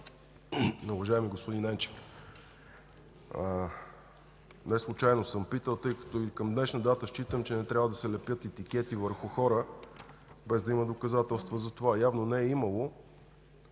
Уважаеми господин Енчев, неслучайно съм питал, тъй като и към днешна дата считам, че не трябва да се лепят етикети върху хора, без да има доказателства за това. Явно не е имало